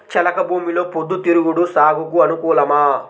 చెలక భూమిలో పొద్దు తిరుగుడు సాగుకు అనుకూలమా?